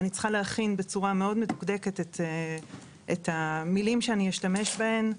אני צריכה להכין בצורה מדוקדקת מאוד את המילים שאני אשתמש בהן.